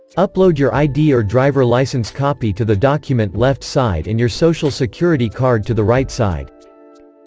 upload your id or driver licence copy to the document left side and your social security card to the right side.